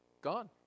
gone